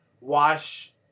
wash